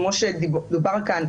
כמו שדובר כאן,